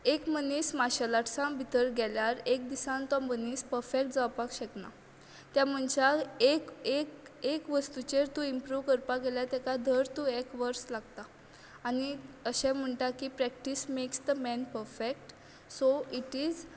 एक मनीस मार्शेल आर्टसान भितर गेल्यार एक दिसान तो मनीस परफेक्ट जावपाक शकना त्या मनशाक एक एक एक वस्तुचेर तूं इंमप्रुव करपाक गेल्यार धर तूं एक वर्स लागता आनी अशें म्हणटात की practice makes the man perfect so it is